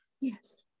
Yes